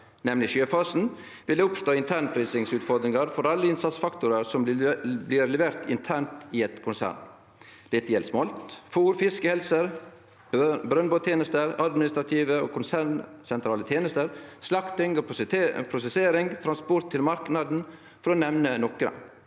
nemleg sjøfasen, vil det oppstå internprisingsutfordringar for alle innsatsfaktorar som blir leverte internt i eit konsern. Dette gjeld smolt, fôr, fiskehelse, brønnbåttenester, administrative og konsernsentrale tenester, slakting og prosessering, transport til marknaden, for å nemne nokre.